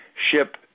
ship